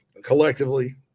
collectively